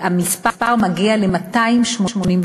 מספרם מגיע ל-285.